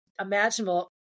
imaginable